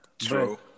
True